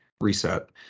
reset